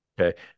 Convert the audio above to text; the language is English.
okay